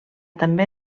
també